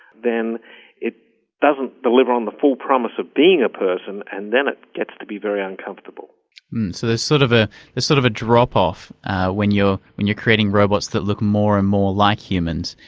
then it doesn't deliver on the full promise of being a person and then it gets to be very uncomfortable. so there's sort of sort of a drop-off when you're and you're creating robots that look more and more like humans.